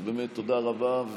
אז באמת תודה רבה.